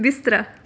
ਬਿਸਤਰਾ